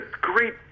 great